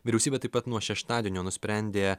vyriausybė taip pat nuo šeštadienio nusprendė